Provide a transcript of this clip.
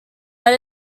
but